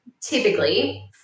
typically